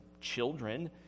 Children